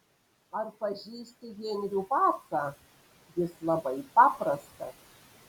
ar pažįsti henrių pacą jis labai paprastas